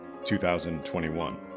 2021